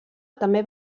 també